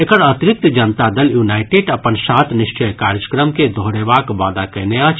एकर अतिरिक्त जनता दल यूनाईटेड अपन सात निश्चय कार्यक्रम के दोहरेबाक वादा कयने अछि